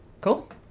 Cool